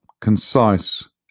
concise